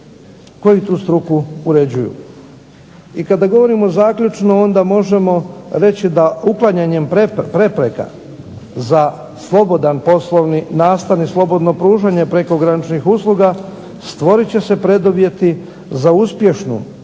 koji tu struku uređuju. I kada govorimo zaključno onda možemo reći da uklanjanjem prepreka za slobodan poslovni nastan i slobodno pružanje prekograničnih u sluga stvorit će se preduvjeti za uspješnu